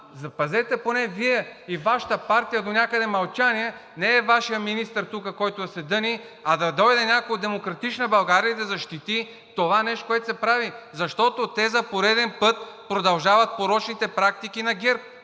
запазете поне Вие и Вашата партия донякъде мълчание. Не е Вашият министър тук, който да се дъни, а да дойде някой от „Демократична България“ и да защити това нещо, което се прави, защото те за пореден път продължават порочните практики на ГЕРБ.